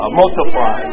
multiply